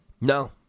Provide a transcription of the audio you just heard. No